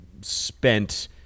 spent